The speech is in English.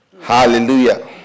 Hallelujah